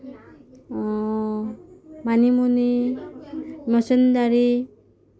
মানিমুনি মুচন্দাৰি